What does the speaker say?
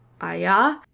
Aya